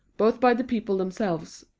both by the people themselves,